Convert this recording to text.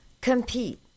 compete